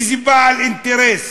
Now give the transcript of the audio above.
איזה בעל אינטרס,